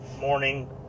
morning